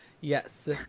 yes